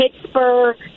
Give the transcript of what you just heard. Pittsburgh